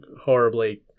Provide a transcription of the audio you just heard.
horribly